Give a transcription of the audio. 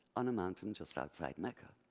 and mountain just outside mecca.